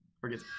forget